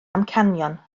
amcanion